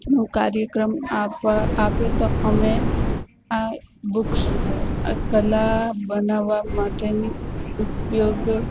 નું કાર્યક્રમ આપે તો અમે આ બુક્સ કલા બનાવવા માટેની ઉપયોગી